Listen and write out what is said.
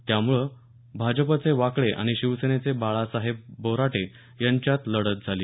त्यामुळे भाजपचे वाकळे आणि शिवसेनेचे बाळासाहेब बोराटे यांच्यात लढत झाली